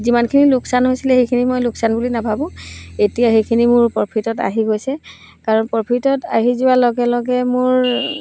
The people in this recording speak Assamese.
যিমানখিনি লোকচান হৈছিলে সেইখিনি মই লোকচান বুলি নাভাবোঁ এতিয়া সেইখিনি মোৰ প্ৰফিটত আহি গৈছে কাৰণ প্ৰফিটত আহি যোৱাৰ লগে লগে মোৰ